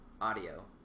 audio